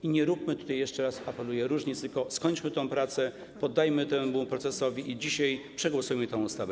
I nie róbmy tutaj - jeszcze raz apeluję - różnic, tylko skończmy tę pracę, poddajmy to temu procesowi i dzisiaj przegłosujmy tę ustawę.